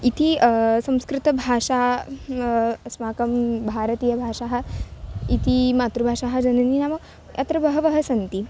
इति संस्कृतभाषा अस्माकं भारतीयभाषाः इति मातृभाषाः जननी नाम अत्र बहवः सन्ति